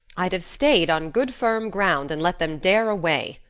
i'd have stayed on good firm ground and let them dare away.